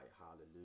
hallelujah